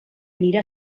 anirà